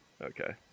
okay